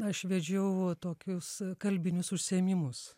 aš vedžiau tokius kalbinius užsiėmimus